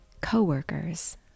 coworkers